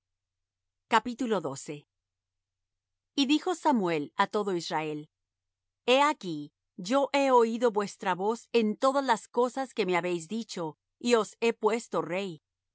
de israel y dijo samuel á todo israel he aquí yo he oído vuestra voz en todas las cosas que me habéis dicho y os he puesto rey